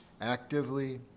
actively